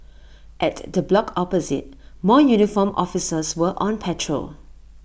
at the block opposite more uniformed officers were on patrol